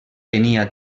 tenia